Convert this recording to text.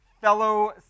fellow